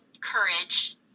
courage